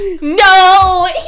no